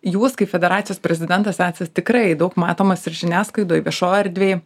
jūs kaip federacijos prezidentas esat tikrai daug matomas ir žiniasklaidoj viešojoj erdvėj